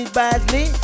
badly